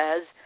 says